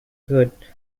good